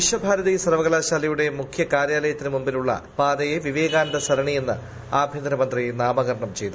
വിശ്വഭാരതി സർവകലാശാലയുടെ മുഖ്യ കാര്യാലയത്തിന് മുൻപിലുള്ള പാതയെ വിവേകാനന്ദ സരണി എന്ന് ആഭ്യന്തര മന്ത്രി നാമകരണം ചെയ്തു